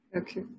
Okay